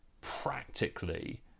practically